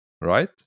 right